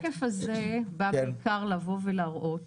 השקף הזה בא בעיקר להראות